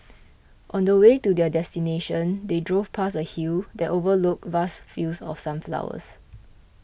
on the way to their destination they drove past a hill that overlooked vast fields of sunflowers